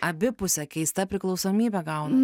abipusė keista priklausomybė gauna